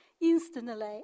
Instantly